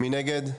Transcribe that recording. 2 נגד,